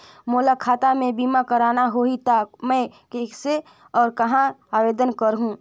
मोला खाता मे बीमा करना होहि ता मैं कइसे और कहां आवेदन करहूं?